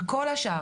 וכל השאר,